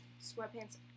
Sweatpants